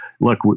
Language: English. look